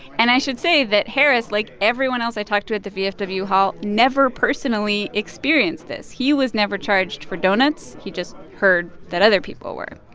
and i should say that harris, like everyone else i talked to at the vfw hall, never personally experienced this. he was never charged for doughnuts. he just heard that other people were.